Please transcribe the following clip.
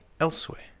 elsewhere